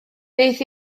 beth